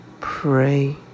pray